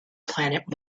planet